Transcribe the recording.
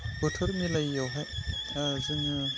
बोथोर मिलायिआवहाय जोङो